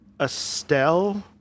Estelle